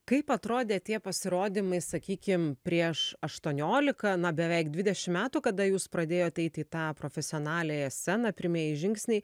kaip atrodė tie pasirodymai sakykim prieš aštuoniolika na beveik dvidešimt metų kada jūs pradėjot eiti į tą profesionaliąją sceną pirmieji žingsniai